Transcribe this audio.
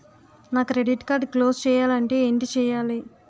నా credit card close చేయాలంటే ఏంటి చేయాలి?